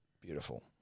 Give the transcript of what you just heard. Beautiful